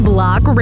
Block